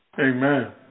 Amen